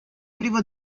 privo